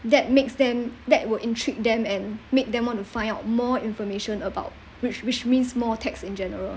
that makes them that will intrigue them and make them want to find out more information about which which means more text in general